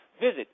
Visit